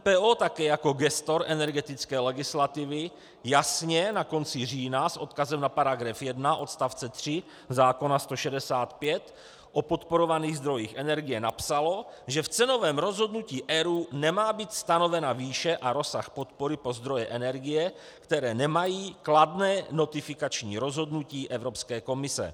MPO také jako gestor energetické legislativy jasně na konci října s odkazem na § 1 odstavce 3 zákona 165 o podporovaných zdrojích energie napsalo, že v cenovém rozhodnutí ERÚ nemá být stanovena výše a rozsah podpory pro zdroje energie, které nemají kladné notifikační rozhodnutí Evropské komise.